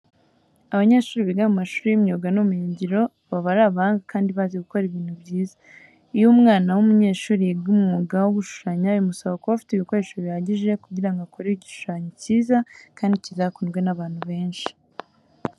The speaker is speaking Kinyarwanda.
Abanyeshuri biga mu mashuri y'imyuga n'ubumenyingiro baba ari abahanga kandi bazi gukora ibintu byiza. Iyo umwana w'umunyeshuri yiga umwuga wo gushushanya, bimusaba kuba afite ibikoresho bihagije kugira ngo akore igishushanyo cyiza kandi kizakundwe n'abantu benshi.